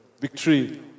victory